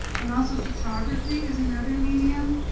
and also photography is another medium.